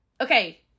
okay